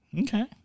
Okay